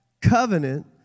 covenant